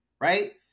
right